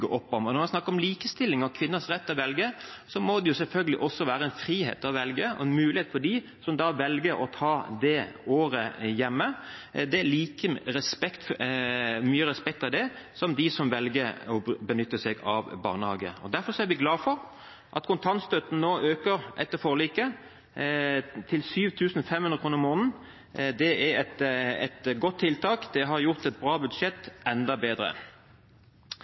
opp om. Når det er snakk om likestilling og kvinners rett til å velge, må det selvfølgelig også være en frihet og en mulighet for dem som velger å ta det året hjemme. Vi må ha like mye respekt for dem som for dem som velger å benytte seg av barnehage. Derfor er vi glade for at kontantstøtten etter forliket øker til 7 500 kr måneden. Det er et godt tiltak, og det har gjort et bra budsjett enda bedre.